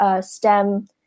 STEM